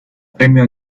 premio